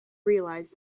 realized